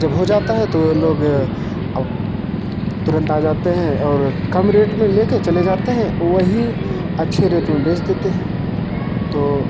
जब हो जाता है तब लोग तुरंत आ जाते हैं और कम रेट में लेकर चले जाते हैं वही अच्छे रेट में बेच देते हैं तो